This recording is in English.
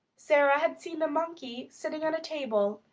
sara had seen the monkey sitting on a table,